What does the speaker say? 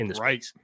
Right